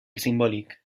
simbòlic